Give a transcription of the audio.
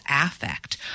affect